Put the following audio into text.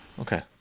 Okay